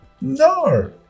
No